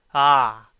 ah,